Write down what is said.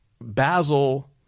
Basil